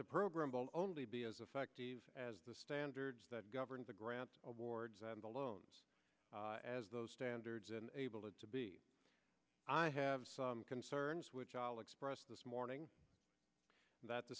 the program but only be as effective as the standards that govern the grant awards and the loans as those standards and able to be i have some concerns which i'll express this morning that the